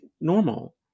normal